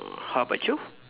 err how about you